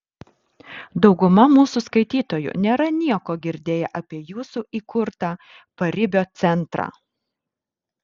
dauguma mūsų skaitytojų nėra nieko girdėję apie jūsų įkurtą paribio centrą